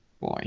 Boy